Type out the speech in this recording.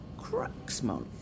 Cruxmont